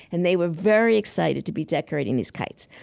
and they were very excited to be decorating these kites.